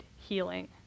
healing